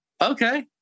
okay